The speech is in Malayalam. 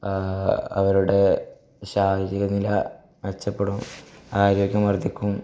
അവരുടെ ശാരീരിക നില മെച്ചപ്പെടും ആരോഗ്യം വർധിക്കും